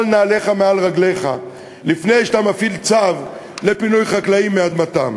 של נעליך מעל רגליך לפני שאתה מפעיל צו לפינוי חקלאים מאדמתם.